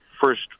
first